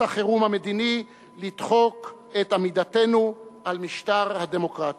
החירום המדיני לדחוק את עמידתנו על משמר הדמוקרטיה.